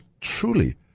truly